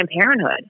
Parenthood